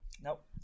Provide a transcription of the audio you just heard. Nope